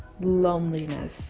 loneliness